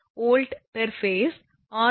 r 1